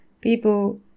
people